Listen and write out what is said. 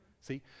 See